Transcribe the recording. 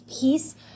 peace